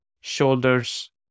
shoulders